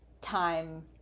time